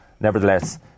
Nevertheless